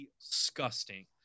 disgusting